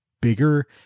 bigger